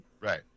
Right